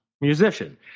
musician